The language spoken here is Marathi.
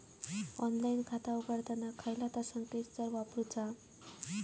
ऑनलाइन खाता उघडताना खयला ता संकेतस्थळ वापरूचा?